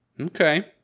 Okay